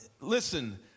listen